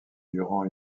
durand